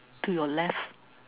to your left